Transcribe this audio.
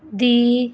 ਦੀ